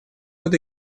под